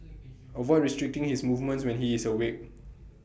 avoid restricting his movements when he is awake